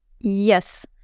Yes